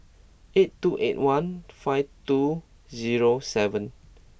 eight two eight one five two zero seven